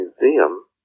Museum